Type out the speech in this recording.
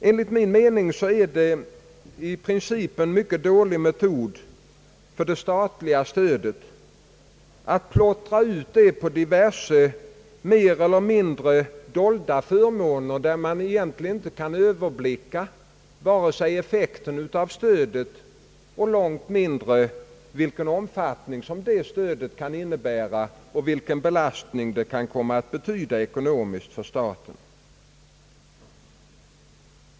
Enligt min mening är det i princip en mycket dålig metod för det statliga stödet att plottra ut det på diverse mer eller mindre dolda förmåner, där man egentligen inte kan överblicka vare sig effekten av stödet eller långt mindre stödets omfattning samt vilken belastning det ekonomiskt kan komma att betyda för staten.